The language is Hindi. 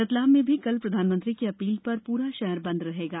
रतलाम में भी कल प्रधानमंत्री की अपील पर प्ररा शहर बंद रहेगा